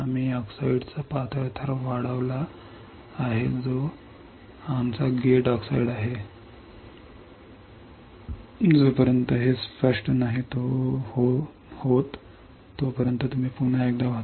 आम्ही ऑक्साईडचा पातळ थर वाढवला आहे जो आमचा गेट ऑक्साईड आहे जोपर्यंत हे स्पष्ट नाही हो नाही तोपर्यंत तुम्ही पुन्हा एकदा वाचा